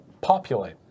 populate